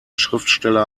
schriftsteller